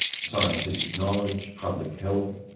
scientific knowledge, public health,